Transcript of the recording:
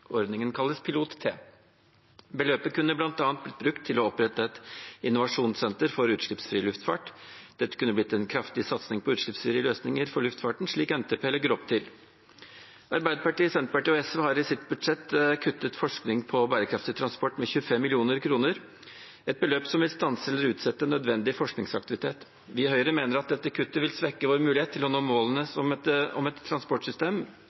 Ordningen kalles Pilot-T. Beløpet kunne bl.a. blitt brukt til å opprette et innovasjonssenter for utslippsfri luftfart. Dette kunne blitt en kraftig satsing på utslippsfrie løsninger for luftfarten, slik NTP legger opp til. Arbeiderpartiet, Senterpartiet og SV har i sitt budsjett kuttet i bevilgningene til forskning på bærekraftig transport med 25 mill. kr, et beløp som vil stanse eller utsette nødvendig forskningsaktivitet. Høyre mener dette kuttet vil svekke vår mulighet til å nå målene om et transportsystem